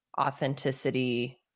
authenticity